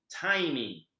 timing